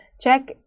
check